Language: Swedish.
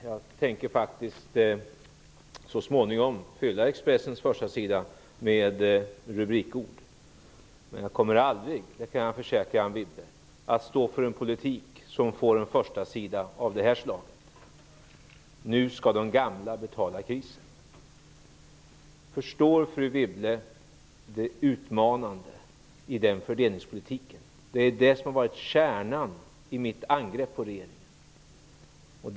Jag tänker faktiskt så småningom fylla Expressens första sida med rubrikord, men jag kommer aldrig -- det kan jag försäkra Anne Wibble -- att stå för en politik som får en första sida med rubriken: Nu skall de gamla betala krisen. Förstår fru Wibble det utmanande i den fördelningspolitiken? Det har varit kärnan i mitt angrepp på regeringen.